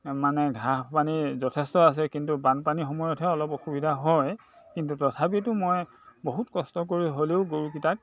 মানে ঘাঁহ পানী যথেষ্ট আছে কিন্তু বানপানীৰ সময়তহে অলপ অসুবিধা হয় কিন্তু তথাপিতো মই বহুত কষ্ট কৰি হ'লেও গৰুকেইটাক